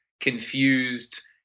confused